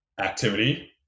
activity